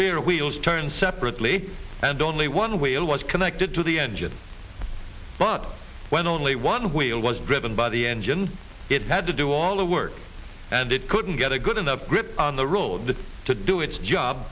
rear wheels turn separately and only one way it was connected to the engine but when only one wheel was driven by the engine it had to do all the work and it couldn't get a good enough grip on the road to do its job